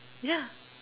yeah